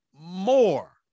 more